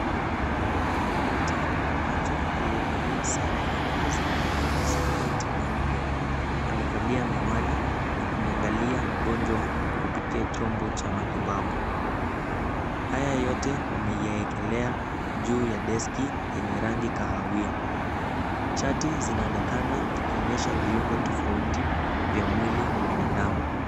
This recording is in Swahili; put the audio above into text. Daktari wa macho aliyevalia sare ya kikazi inayohusu koti nyeupe, amevalia miwani na kumwangalia mgonjwa kupitia chombo cha matibabu. Haya yote wameyaekelea juu ya deski yanye rangi ya kahawia. Chati zinaonekana zikionyesha viungo tofauti vya mwili wa binadamu.